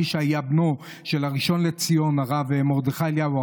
מי שהיה בנו של הראשון לציון הרב מרדכי אליהו,